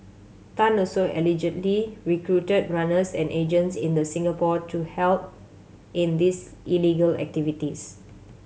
Tan also allegedly recruited runners and agents in the Singapore to help in these illegal activities